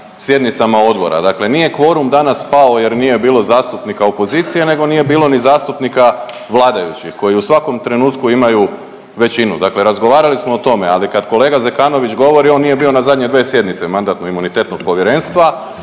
sjednicama odbora. Dakle, nije kvorum danas pao jer nije bilo zastupnika opozicije nego nije bilo ni zastupnika vladajućih koji u svakom trenutku imaju većinu. Dakle, razgovarali smo o tome, ali kad kolega Zekanović govori on nije bio na zadnje dvije sjednice Mandatno-imunitetnog povjerenstva